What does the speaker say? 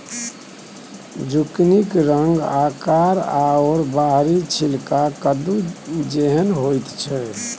जुकिनीक रंग आकार आओर बाहरी छिलका कद्दू जेहन होइत छै